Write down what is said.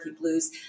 Blues